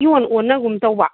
ꯏꯑꯣꯟ ꯑꯣꯟꯅꯒꯨꯝ ꯇꯧꯕ